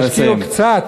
נא לסיים.